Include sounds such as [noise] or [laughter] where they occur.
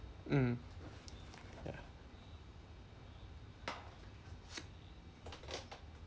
mm ya [noise]